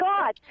God